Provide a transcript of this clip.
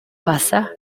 passa